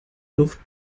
luft